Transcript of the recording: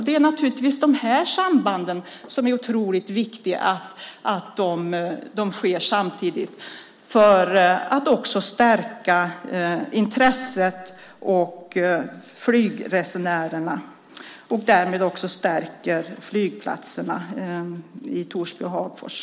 Det är otroligt viktigt att de sakerna sker samtidigt för att stärka intresset och flygresenärerna. Därmed stärker man också flygplatserna i Torsby och Hagfors.